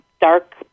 dark